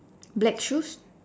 black shoes